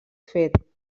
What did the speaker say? fet